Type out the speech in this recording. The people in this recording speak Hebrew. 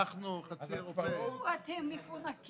אגב זה לא מאפיין רק קופה אחת,